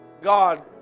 God